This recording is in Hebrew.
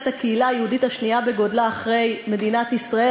הקהילה היהודית השנייה בגודלה אחרי מדינת ישראל.